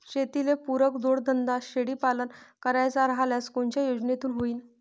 शेतीले पुरक जोडधंदा शेळीपालन करायचा राह्यल्यास कोनच्या योजनेतून होईन?